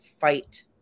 fight